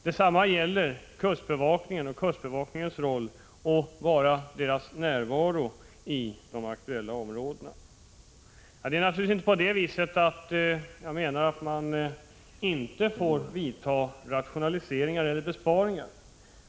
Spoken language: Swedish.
Detsamma gäller kustbevakningen och dess blotta närvaro i de aktuella områdena. Jag menar naturligtvis inte att man inte får göra rationaliseringar eller besparingar.